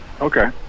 okay